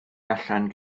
allan